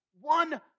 One